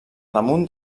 damunt